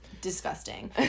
disgusting